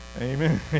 amen